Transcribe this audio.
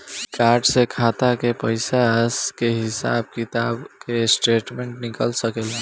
Card से खाता के पइसा के हिसाब किताब के स्टेटमेंट निकल सकेलऽ?